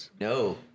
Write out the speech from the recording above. No